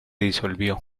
disolvió